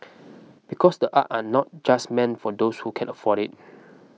because the art are not just meant for those who can afford it